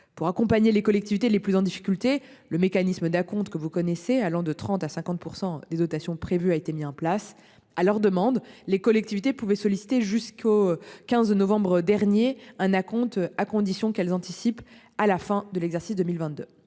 pour accompagner les collectivités les plus en difficulté. Le mécanisme d'acompte que vous connaissez allant de 30 à 50% des dotations prévues, a été mis en place à leur demande les collectivités pouvait solliciter jusqu'au 15 novembre dernier un acompte à condition qu'elles anticipent. À la fin de l'exercice 2022,